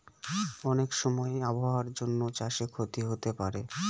অনেক সময় আবহাওয়ার জন্য চাষে ক্ষতি হতে পারে